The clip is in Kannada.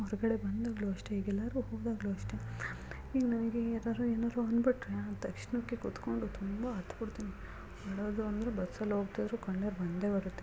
ಹೊರಗಡೆ ಬಂದಾಗಲೂ ಅಷ್ಟೇ ಈಗ ಎಲ್ಲಾದ್ರೂ ಹೋದಾಗಲೂ ಅಷ್ಟೇ ಈಗ ನನಗೆ ಯಾರಾದ್ರೂ ಏನಾದ್ರೂ ಅಂದುಬಿಟ್ರೆ ಆ ತಕ್ಷಣಕ್ಕೆ ಕುತ್ಕೊಂಡು ತುಂಬ ಅತ್ತು ಬಿಡ್ತೀನಿ ಅಳೋದು ಅಂದರೆ ಬಸ್ಸಲ್ಲಿ ಹೋಗ್ತಾ ಇದ್ದರೂ ಕಣ್ಣೀರು ಬಂದೇ ಬರುತ್ತೆ